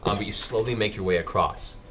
um you slowly make your way across.